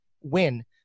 win